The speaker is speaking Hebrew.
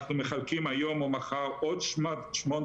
אנחנו מחלקים היום או מחר עוד 8,000